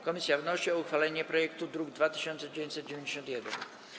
Komisja wnosi o uchwalenie projektu z druku nr 2991.